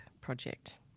project